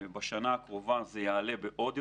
בשנה הקרובה זה יעלה עוד.